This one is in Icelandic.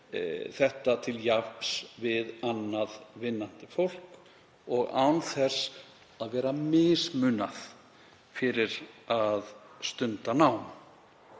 þetta til jafns við annað vinnandi fólk og án þess að vera mismunað fyrir að stunda nám.